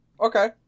Okay